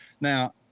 Now